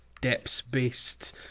depths-based